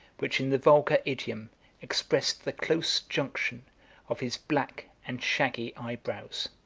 which in the vulgar idiom expressed the close junction of his black and shaggy eyebrows.